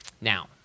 Now